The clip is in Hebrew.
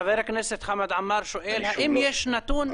חבר הכנסת שואל האם יש נתון?